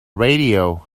radio